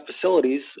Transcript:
facilities